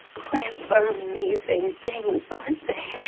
plants are amazing things, aren't they!